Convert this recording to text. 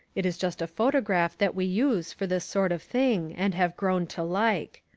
it is just a photograph that we use for this sort of thing and have grown to like.